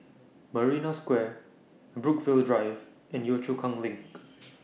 Marina Square Brookvale Drive and Yio Chu Kang LINK